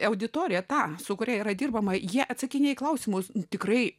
auditoriją tą su kuria yra dirbama jie atsakinėja į klausimus tikrai